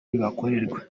bibakorerwa